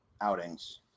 outings